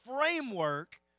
framework